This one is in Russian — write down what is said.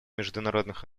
международных